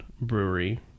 brewery